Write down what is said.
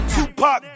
Tupac